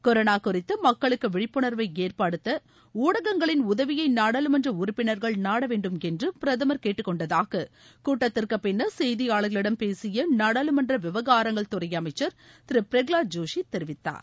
corona குறித்து மக்களுக்கு விழிப்புணர்வை ஏற்படுத்த ஊடகங்களின் உதவியை நாடாளுமன்ற உறுப்பினர்கள் நாடவேண்டும் என்று பிரதமர் கேட்டுக்கொண்டாதாக கூட்டத்திற்கு பின்னர் செய்தியாளர்களிடம் பேசிய நாடாளுமன்ற விவகாரங்கள்துறை அமைச்சள் திரு பிரகலாத் ஜோஷி தெரிவித்தார்